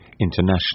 international